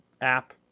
app